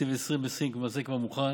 תקציב 2020 למעשה כבר מוכן,